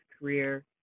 career